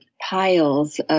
piles